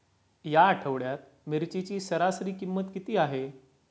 या आठवड्यात मिरचीची सरासरी किंमत किती आहे?